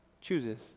chooses